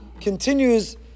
continues